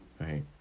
Right